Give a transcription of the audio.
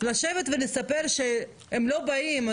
לשבת ולספר שהם לא באים.